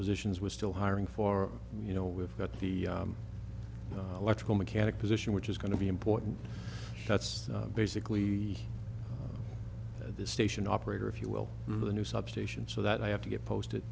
positions we're still hiring for you know we've got the electrical mechanic position which is going to be important that's basically at the station operator if you will the new substation so that i have to get posted